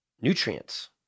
nutrients